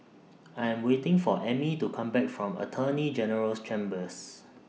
I Am waiting For Emmy to Come Back from Attorney General's Chambers